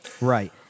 Right